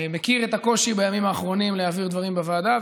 אני מכיר את הקושי בימים האחרונים להעביר דברים בוועדה,